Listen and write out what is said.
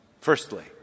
Firstly